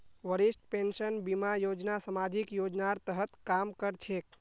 वरिष्ठ पेंशन बीमा योजना सामाजिक योजनार तहत काम कर छेक